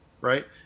right